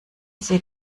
sie